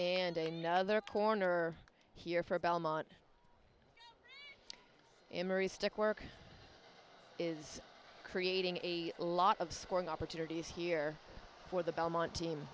and another corner here for about a month emery stickwork is creating a lot of scoring opportunities here for the belmont team